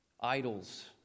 idols